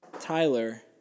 Tyler